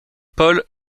paul